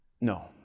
No